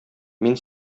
мин